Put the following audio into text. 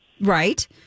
right